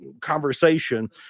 conversation